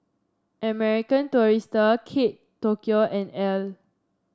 American Tourister Kate Tokyo and Elle